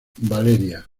valeria